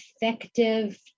effective